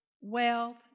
wealth